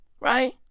Right